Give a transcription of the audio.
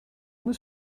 this